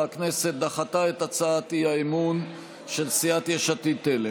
הכנסת דחתה את הצעת האי-אמון של סיעת יש עתיד-תל"ם.